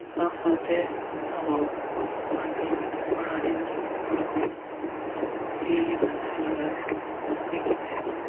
ᱥᱟᱶ ᱥᱟᱶᱛᱮ ᱟᱵᱚ ᱟᱛᱳ ᱯᱟᱲᱟ ᱨᱮᱱ ᱦᱚᱲ ᱠᱚ ᱦᱚᱸ ᱡᱤᱭᱟᱹᱞᱤ ᱵᱟᱧᱪᱟᱣ ᱞᱟᱜᱟᱫ ᱟᱹᱰᱤ ᱠᱤᱪᱷᱩ